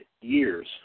years